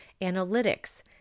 analytics